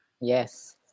Yes